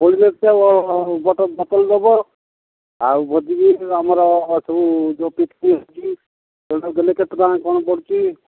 ବୋତଲ ଦେବ ଆଉ ଭୋଜିବି ଆମର ସବୁ ଯୋଉ ଅଛି ସେଇଗୁଡ଼ା ଦେଲେ କେତେ ଟଙ୍କା କ'ଣ ପଡ଼ୁଛି